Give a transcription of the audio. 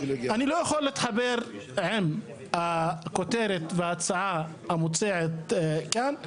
אני לא יכול להתחבר לכותרת וההצעה המוצעת כאן.